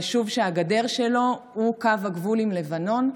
יישוב שהגדר שלו הוא קו הגבול עם לבנון,